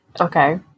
Okay